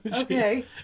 Okay